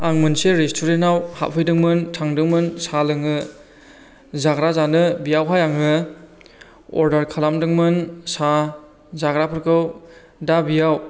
आं मोनसे रेस्टुरेनाव हाबहैदोंमोन थांदोंमोन साहा लोंनो जाग्रा जानो बियावहाय आङो अर्डार खालामदोंमोन साहा जाग्राफोरखौ दा बियाव